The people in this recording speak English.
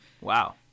Wow